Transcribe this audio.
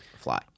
fly